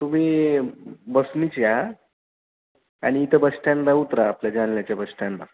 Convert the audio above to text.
तुम्ही बसनीच या आणि इथं बस स्टँडला उतरा आपल्या जालन्याच्या बस स्टँडला